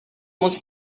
moc